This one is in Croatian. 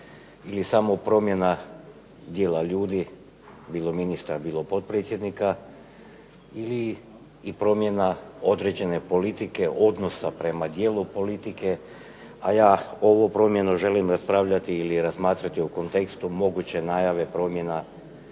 ili samo promjena dijela ljudi, bilo ministra, bilo potpredsjednika ili i promjena određene politike odnosa prema dijelu politike, a ja ovu promjenu želim raspravljati ili razmatrati u kontekstu moguće najave promjena